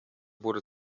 wurde